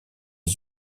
les